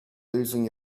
losing